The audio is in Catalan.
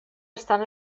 estan